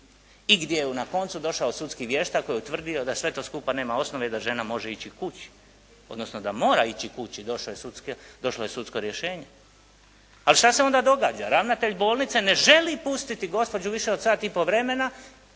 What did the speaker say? i gdje je na koncu došao sudski vještak koji je utvrdio da sve to skupa nema osnove i da žena može ići kući, odnosno da mora ići kući, došlo je sudsko rješenje. Ali što se onda događa? Ravnatelj bolnice ne želi pustiti gospođu više od sat i pol vremena,